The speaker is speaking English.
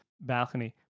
balcony